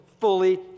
fully